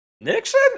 Nixon